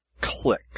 click